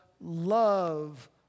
love